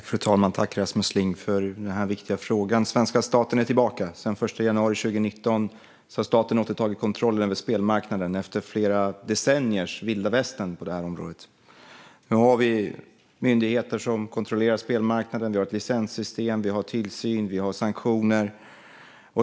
Fru talman! Tack, Rasmus Ling, för den här viktiga frågan! Svenska staten är tillbaka. Sedan den 1 januari 2019 har staten återtagit kontrollen över spelmarknaden efter flera decenniers vilda västern på det här området. Nu har vi myndigheter som kontrollerar spelmarknaden, vi har ett licenssystem, vi har tillsyn och vi har sanktioner.